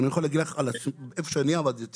אני יכול להגיד לך על איפה שאני עבדתי,